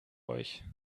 euch